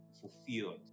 fulfilled